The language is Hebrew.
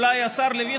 אולי השר לוין,